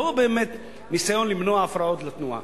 לא באמת ניסיון למנוע הפרעות לתנועה.